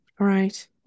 Right